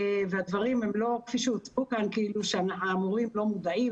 הדברים הם לא כפי שהוצגו כאן כאילו המורים לא מודעים.